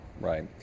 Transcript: Right